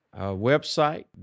Website